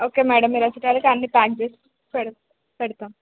okay madam మీరు వచ్చేసరికి అన్నీ ప్యాక్ చేసి పెడ్ పెడతాము